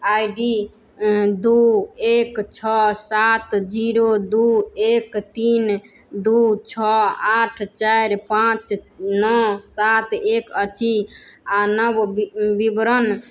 आइ D दू एक छओ सात जीरो दू एक तीन दू छओ आठ चारि पाँच नओ सात एक अछि आ नव विवरण